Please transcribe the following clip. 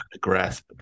grasp